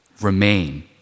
Remain